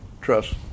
trust